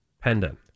pendant